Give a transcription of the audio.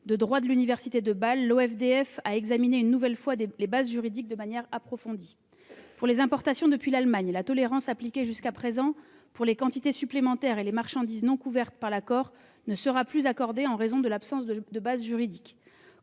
de droit de l'université de Bâle, l'OFDF a examiné une nouvelle fois ses bases juridiques de manière approfondie. Pour les importations depuis l'Allemagne, la tolérance appliquée jusqu'à présent pour les quantités supplémentaires et les marchandises non couvertes par l'accord ne sera plus accordée en raison de l'absence de base juridique.